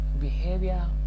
behavior